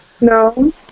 No